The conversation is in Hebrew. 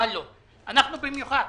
אנחנו במיוחד,